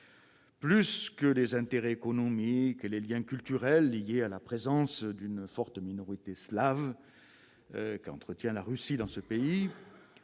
Plus que les intérêts économiques et les liens culturels liés à la présence d'une forte minorité slave qu'entretient la Russie dans ce pays,